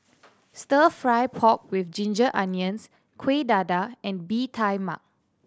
Stir Fry pork with ginger onions Kuih Dadar and Bee Tai Mak